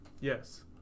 Yes